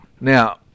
Now